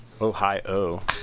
Ohio